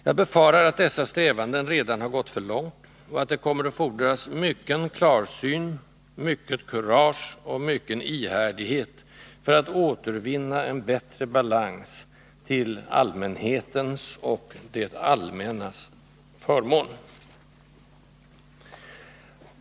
Jag befarar att dessa strävanden redan har gått för långt, och det kommer att fordras mycken klarsyn, mycket kurage och mycken ihärdighet för att återvinna en bättre balans till allmänhetens och ”det allmännas” förmån.